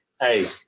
Hey